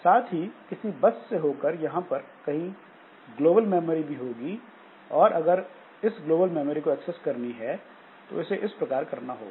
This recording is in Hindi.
साथ ही किसी बस से होकर यहां पर कहीं ग्लोबल मेमोरी भी होगी और अगर इस ग्लोबल मेमोरी को एक्सेस करनी है तो इसे इस प्रकार करना होगा